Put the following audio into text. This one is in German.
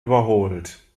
überholt